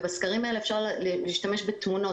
בסקרים האלה אפשר להשתמש בתמונות.